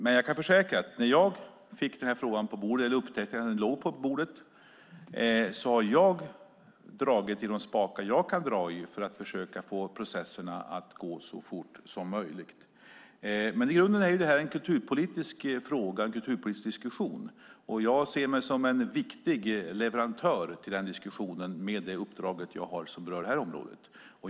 Men jag kan försäkra att jag, sedan jag upptäckte att den här frågan låg på bordet, har dragit i de spakar som jag kan dra i för att försöka få processerna att gå så fort som möjligt. Men i grunden är det här en kulturpolitisk fråga och en kulturpolitisk diskussion. Jag ser mig som en viktig leverantör när det gäller den diskussionen, med det uppdrag jag har som berör det här området.